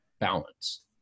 balance